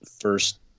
first